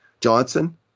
Johnson